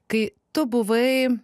kai tu buvai